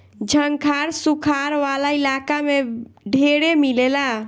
झंखाड़ सुखार वाला इलाका में ढेरे मिलेला